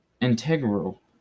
integral